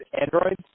androids